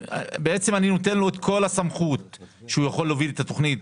ואני נותן לו את כל הסמכות להוביל את התכנית